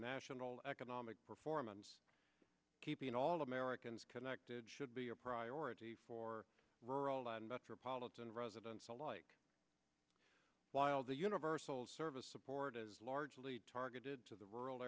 national economic performance keeping all americans connected should be a priority for rural and metropolitan residents alike while the universal service support is largely targeted to the rural